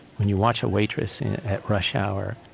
when you watch a waitress at rush hour,